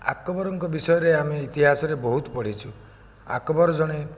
ଆକବରଙ୍କ ବିଷୟରେ ଆମେ ଇତିହାସରେ ବହୁତ ପଢ଼ିଛୁ ଆକବର ଜଣେ